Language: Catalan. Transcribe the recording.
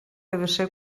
pvc